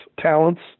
talents